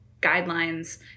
guidelines